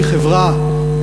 כחברה,